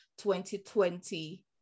2020